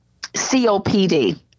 COPD